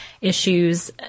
issues